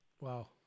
Wow